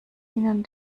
ihnen